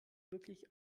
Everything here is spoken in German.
wirklich